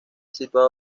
situado